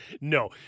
No